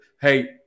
Hey